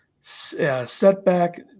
setback